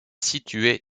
situé